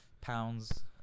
pounds